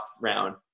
round